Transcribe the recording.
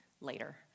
later